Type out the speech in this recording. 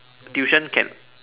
tuition can